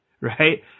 Right